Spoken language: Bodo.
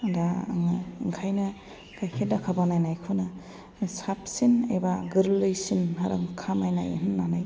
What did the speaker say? दा आङो ओंखायनो गायखेर दाखा बानायनायखौनो साबसिन एबा गोरलैसिन रां खामायनाय होन्नानै